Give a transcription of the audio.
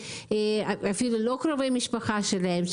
אפילו לא קרובי משפחה שלהם,